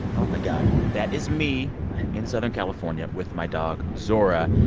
oh, my god that is me in southern california with my dog zora,